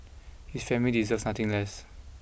his family deserves nothing less